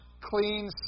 clean